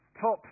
top